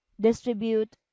distribute